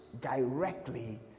directly